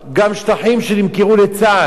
גם שטחים שנמכרו לצה"ל,